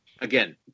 Again